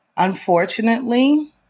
Unfortunately